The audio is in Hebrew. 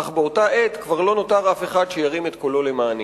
אך באותה עת כבר לא נותר אף אחד שירים את קולו למעני.